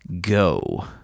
go